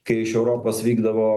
kai iš europos vykdavo